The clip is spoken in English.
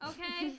Okay